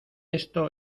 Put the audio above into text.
esto